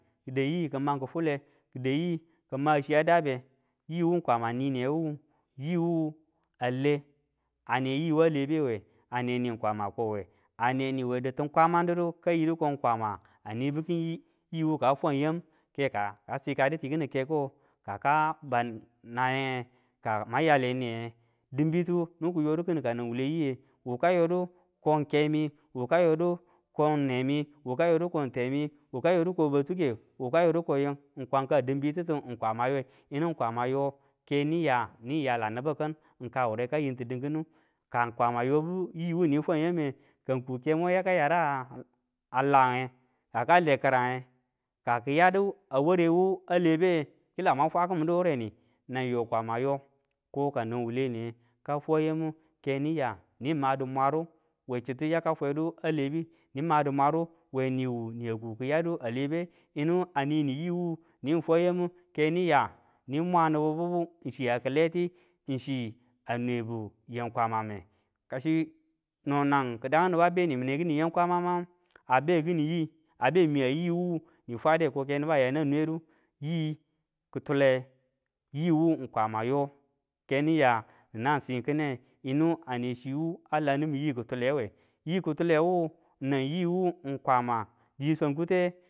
Ki da yi ki man kifule, ki da yi ki man chi a dabe, yiwu ng kwama ale ane yiwu, yiwu a le aneyiwu le bewe a neni kwama kowe, a ne niwe ditin kwaman didu ka yidu ko kwama nibu kin yiwu ka fwan yam keka ka sikadu to kini keko ka ka ban naye ka mwan yale niye, dinbitu nibu kiyode kin ka nan wuwule yiye, wu ka yodu kong kemi, wu ka yodu ko nemi wu ka yodu ko temi wu ka yodu ka batuke wu ka yodu ko ying ng kwan ka dinbi titu ng kwama yoi, yinu ng kwama yo keniya nin yala nibi kin ng kawure ka yintu dinkinu, ka kwama yobu yiwu ni fwa yame, ka ng ku kemo yaka yara lange, ka kala kirange, ka ki yada a ware wu a lebe mwang fwa kimindu wureni, nanyi kwama yo ko ka nang wu wule niye ka fwa yamu ke nya nima dimwaru we chitu yaka fwedu a lebu nima dimwaru we niwu niyang ku ki yadu a lebe, yini a ni ni yiwu ni fwa yamu ke niya ni mwa nibu bibu ng chiya kileti ng chi a nwebu yam kwamame. Ka chi no nang kidaugu niba be nimine kini yam kwama mangu, abe kini yi, abe miya, yiwu ni fwade ko ke niba ya anang nwedu yi kitule yiwu kwama yo ke niya niyang kine yinu ane chiwu a la nimin yi kitulewe yi kitulewu nang yiwu kwama di swang kute.